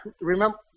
remember